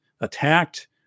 attacked